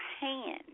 hand